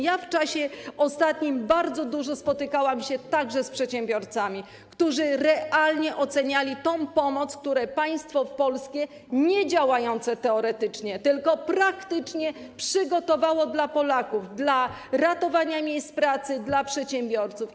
Ja w czasie ostatnim wiele razy spotykałam się także z przedsiębiorcami, którzy realnie oceniali tę pomoc, którą państwo polskie, działające nie teoretycznie, tylko praktycznie, przygotowało dla Polaków, dla ratowania miejsc pracy, dla przedsiębiorców.